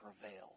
prevail